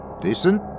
Decent